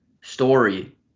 story